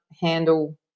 handle